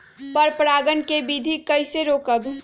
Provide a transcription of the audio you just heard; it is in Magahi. पर परागण केबिधी कईसे रोकब?